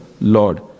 Lord